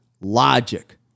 logic